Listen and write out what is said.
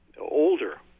older